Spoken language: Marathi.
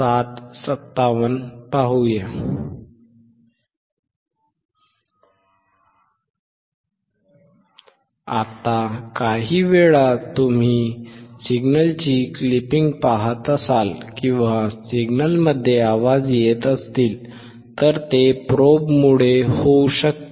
आता काहीवेळा तुम्ही सिग्नलची क्लिपिंग पाहत असाल किंवा सिग्नलमधील आवाज येत असतील तर ते प्रोबमुळे होऊ शकते